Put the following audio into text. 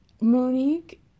Monique